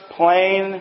plain